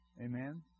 Amen